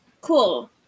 Cool